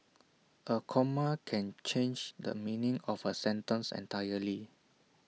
A comma can change the meaning of A sentence entirely